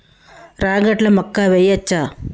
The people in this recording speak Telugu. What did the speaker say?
రాగట్ల మక్కా వెయ్యచ్చా?